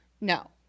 No